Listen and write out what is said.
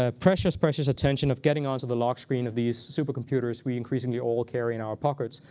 ah precious, precious attention of getting onto the lock screen of these supercomputers we increasingly all carry in our pockets.